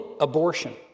abortion